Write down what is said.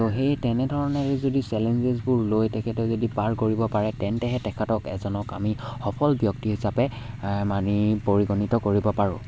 ত' সেই তেনেধৰণে যদি চেলেঞ্জেছবোৰ লৈ তেখেতে যদি পাৰ কৰিব পাৰে তেন্তেহে তেখেতক এজনক আমি সফল ব্যক্তি হিচাপে মানি পৰিগণিত কৰিব পাৰো